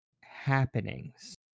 happenings